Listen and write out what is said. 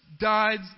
died